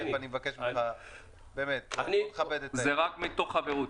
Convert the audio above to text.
אני מבקש ממך באמת לכבד --- זה רק מתוך חברות,